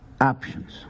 options